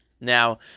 Now